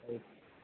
right